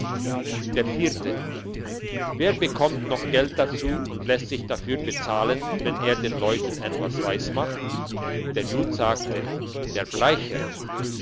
der vierte wer bekommt noch geld dazu und lässt sich dafür bezahlen wenn er den leuten etwas weismacht der jud sagte der bleicher